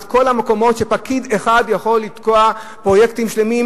את כל המקומות שפקיד אחד יכול לתקוע פרויקטים שלמים,